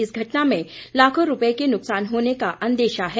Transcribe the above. इस घटना में लाखों रुपये के नुकसान होने का अंदेशा है